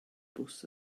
bws